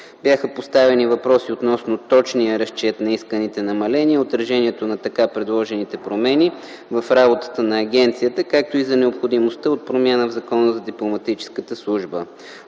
бяха поставени въпроси относно точния разчет на исканите намаления и отражението на така предложените промени в работата на агенцията, както и за необходимостта от промяна в Закона за дипломатическата служба.